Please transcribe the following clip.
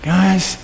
Guys